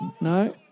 No